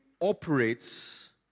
operates